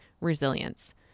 resilience